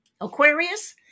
Aquarius